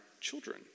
children